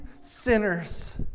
sinners